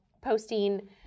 posting